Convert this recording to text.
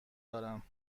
دارم